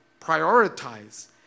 prioritize